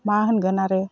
मा होनगोन आरो